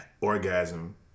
orgasm